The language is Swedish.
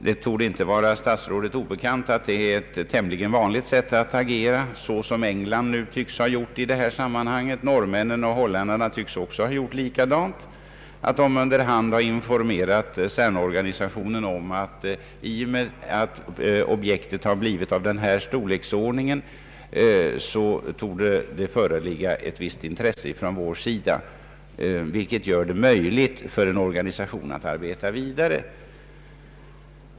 Det torde inte vara statsrådet obekant att det är ett tämligen vanligt sätt att agera såsom engelsmännen nu tycks ha gjort i detta sammanhang och som norrmännen och holländarna också tycks ha gjort, nämligen att de under hand har informerat CERN-organisationen om att det i och med att objektet blivit av denna storleksordning torde föreligga ett visst intresse från deras sida, vilket gör det möjligt för organisationen att arbeta vidare.